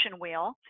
wheel